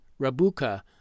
Rabuka